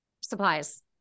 supplies